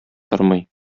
тормый